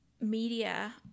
media